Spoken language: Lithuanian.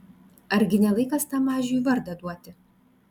argi ne laikas tam mažiui vardą duoti